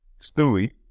Stewie